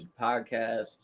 podcast